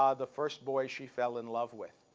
um the first boy she fell in love with.